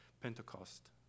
Pentecost